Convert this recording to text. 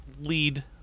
lead